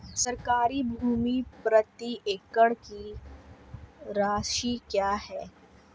सरकारी भूमि प्रति एकड़ की राशि क्या है?